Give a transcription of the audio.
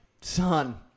son